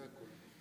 זה הכול.